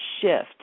shift